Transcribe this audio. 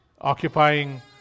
occupying